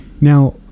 now